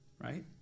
right